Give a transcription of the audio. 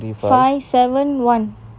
five seven one